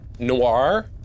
Noir